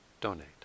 donate